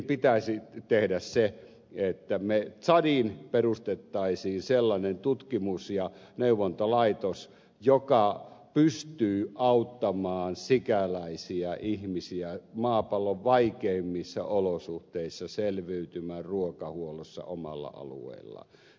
pitäisi tehdä se että me tsadiin perustaisimme sellaisen tutkimus ja neuvontalaitoksen joka pystyy auttamaan sikäläisiä ihmisiä maapallon vaikeimmissa olosuhteissa selviytymään ruokahuollossa omalla alueella